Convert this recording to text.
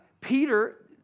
Peter